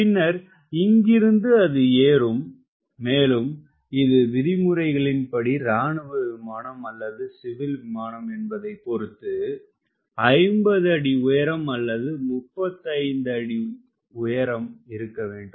பின்னர் இங்கிருந்து அது ஏறும் மேலும் இது விதிமுறைகளின்படி ராணுவ விமானம் அல்லது சிவில் விமானம் என்பதைப் பொருத்து 50 அடி உயரம் அல்லது 35 அடி இருக்க வேண்டும்